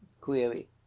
query